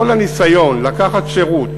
כל הניסיון לקחת שירות,